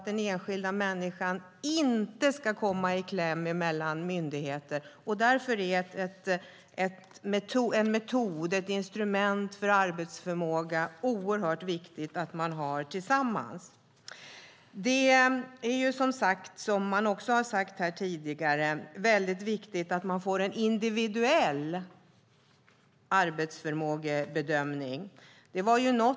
Den enskilda människan får inte komma i kläm mellan myndigheter. Därför är det oerhört viktigt att man tillsammans har en metod, ett instrument, för att bedöma arbetsförmåga. Som också har sagts här tidigare är det väldigt viktigt att det görs en individuell arbetsförmågebedömning.